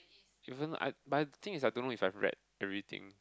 even I but the thing is I don't know if I've read everything